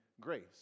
Grace